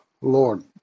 Lord